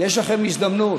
יש לכם הזדמנות.